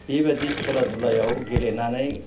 बेबायदि खेला दुलायाव गेलेनानै